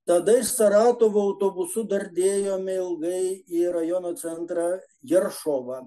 tada iš saratovo autobusu dardėjome ilgai į rajono centrą jeršovą